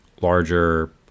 larger